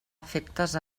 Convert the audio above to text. efectes